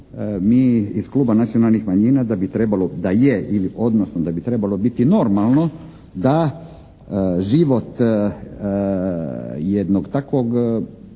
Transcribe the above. mi iz Kluba nacionalnih manjina da bi trebalo, da je ili odnosno da bi trebalo biti normalno da život jednog takvog